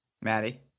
Maddie